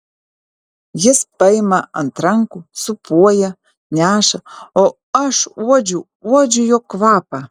jis paima ant rankų sūpuoja neša o aš uodžiu uodžiu jo kvapą